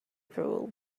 drool